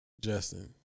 Justin